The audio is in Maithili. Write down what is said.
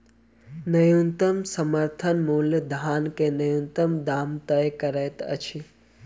न्यूनतम समर्थन मूल्य धान के न्यूनतम दाम तय करैत अछि